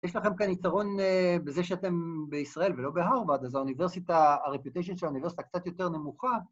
יש לכם כאן יתרון בזה שאתם בישראל ולא בהרוואד, אז האוניברסיטה, ה-reputation של האוניברסיטה, קצת יותר נמוכה.